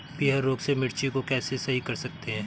पीहर रोग से मिर्ची को कैसे सही कर सकते हैं?